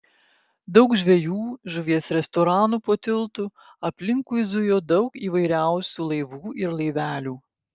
daug žvejų žuvies restoranų po tiltu aplinkui zujo daug įvairiausių laivų ir laivelių